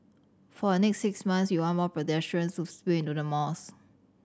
for the next six months we want more pedestrians to spill into the malls